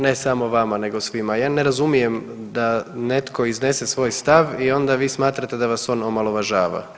Ne samo vama nego svima, ja ne razumijem da netko iznese svoj stav i onda vi smatrate da vas on omalovažava.